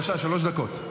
שלוש דקות.